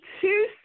two